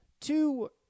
Two